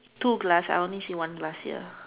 two glass I only see one glass here